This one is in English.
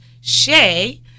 Shay